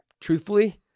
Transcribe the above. truthfully